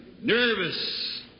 Nervous